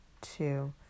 two